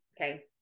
Okay